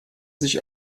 sich